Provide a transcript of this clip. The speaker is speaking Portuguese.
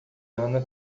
ana